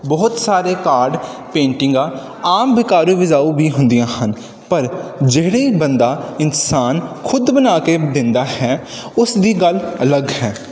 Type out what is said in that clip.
ਬਹੁਤ ਸਾਰੇ ਕਾਰਡ ਪੇਂਟਿੰਗਾਂ ਆਮ ਵਿਕਾਰੂ ਵੀਜਾਊ ਵੀ ਹੁੰਦੀਆਂ ਹਨ ਪਰ ਜਿਹੜੇ ਬੰਦਾ ਇਨਸਾਨ ਖੁਦ ਬਣਾ ਕੇ ਦਿੰਦਾ ਹੈ ਉਸ ਦੀ ਗੱਲ ਅਲੱਗ ਹੈ